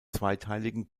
zweiteiligen